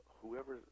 whoever